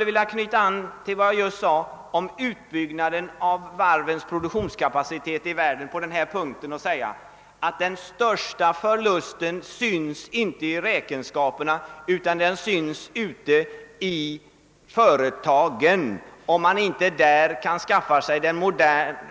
Jag vill där knyta an till vad jag sade tidigare om utbyggnaden av varvsproduktionskapaciteten i världen och säga att den största förlusten syns inte i räkenskaperna utan i företagen, om man där inte kan skaffa sig den